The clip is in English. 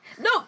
no